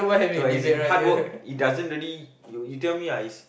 no as in hard work it doesn't really you you tell me ah is